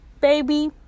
baby